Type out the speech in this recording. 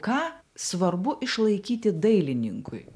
ką svarbu išlaikyti dailininkui